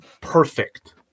perfect